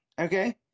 okay